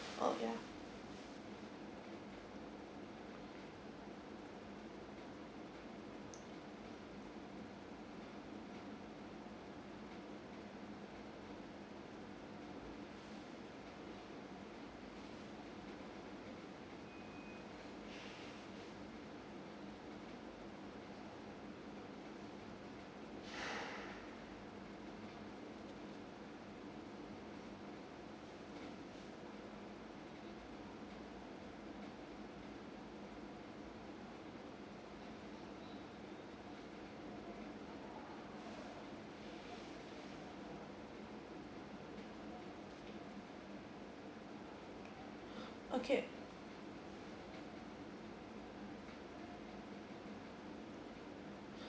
oh ya okay